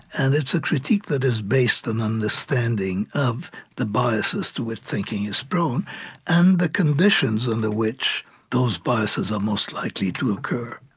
and it's a critique that is based on understanding of the biases to which thinking is prone and the conditions and under which those biases are most likely to occur.